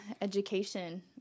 education